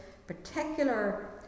particular